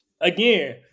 again